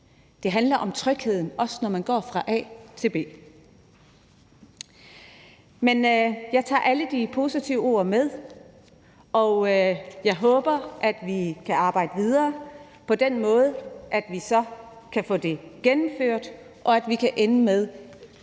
Det handler om trygheden, også når man går fra A til B. Men jeg tager alle de positive ord med, og jeg håber, at vi kan arbejde videre på den måde, at vi så kan få det gennemført, og at vi kan ende med